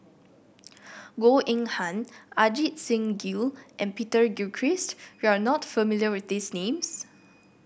Goh Eng Han Ajit Singh Gill and Peter Gilchrist you are not familiar with these names